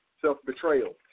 Self-betrayal